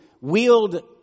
wield